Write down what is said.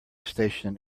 station